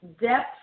depth